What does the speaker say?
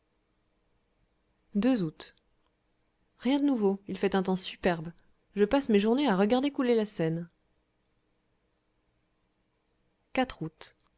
août rien de nouveau il fait un temps superbe je passe mes journées à regarder couler la seine août